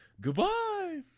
Goodbye